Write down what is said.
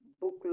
book